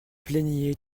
plaigniez